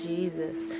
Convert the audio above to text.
Jesus